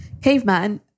caveman